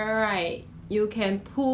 所以